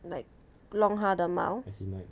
like 弄它的毛